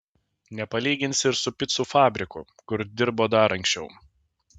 nepalyginsi ir su picų fabriku kur dirbo dar anksčiau